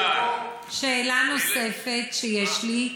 שאלה נוספת שיש לי: